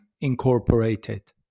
incorporated